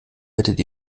werdet